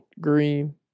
green